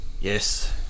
Yes